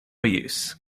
use